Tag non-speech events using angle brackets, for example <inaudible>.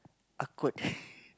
awkward <breath>